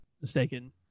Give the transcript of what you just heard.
mistaken